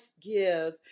give